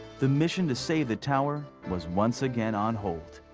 the mission to save the tower was once again on hold.